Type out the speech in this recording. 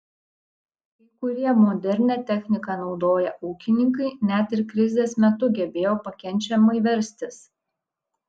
kai kurie modernią techniką naudoję ūkininkai net ir krizės metu gebėjo pakenčiamai verstis